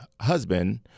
husband